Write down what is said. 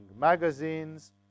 magazines